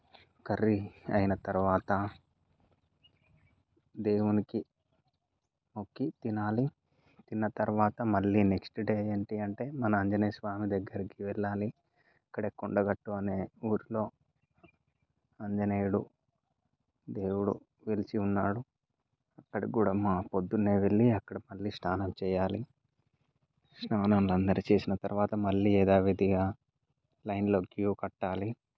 curry అయిన తర్వాత దేవునికి మొక్కి తినాలి తిన్న తర్వాత మళ్ళీ నెక్స్ట్ డే ఏంటి అంటే మన ఆంజనేయస్వామి దగ్గరికి వెళ్ళాలి ఇక్కడే కొండగట్టు అనే ఊరిలో ఆంజనేయుడు దేవుడు విరిచి ఉన్నాడు అక్కడ గుడేమో పొద్దున్నే వెళ్ళి అక్కడ మళ్ళీ స్నానం చేయాలి స్నానాలు అందరూ చేసిన తర్వాత మళ్ళీ యధావిధిగా లైన్లో క్యూ కట్టాలి